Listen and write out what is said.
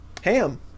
Ham